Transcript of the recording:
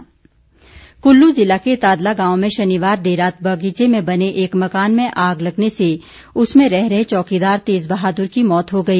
आग कुल्लू जिला के तादला गांव में शनिवार देर रात बागीचे में बने एक मकान में आग लगने से उसमें रह रहे चौकीदार तेज बहादुर की मौत हो गई